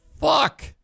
fuck